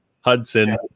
Hudson